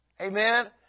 Amen